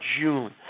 June